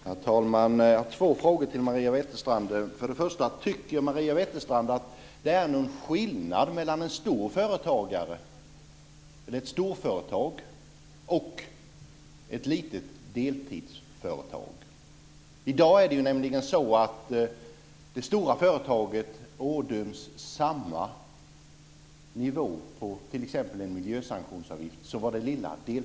Herr talman! Jag har två frågor till Maria Wetterstrand. För det första: Tycker Maria Wetterstrand att det är någon skillnad mellan ett storföretag och ett litet företag som drivs på deltid? I dag ådöms det stora företaget och det lilla företaget lika mycket i miljösanktionsavgift.